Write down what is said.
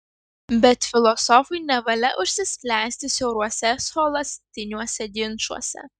bet filosofui nevalia užsisklęsti siauruose scholastiniuose ginčuose